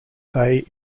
they